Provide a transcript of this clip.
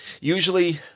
Usually